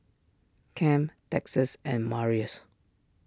Kem Texas and Marius